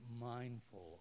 mindful